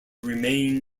remain